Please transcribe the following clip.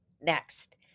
Next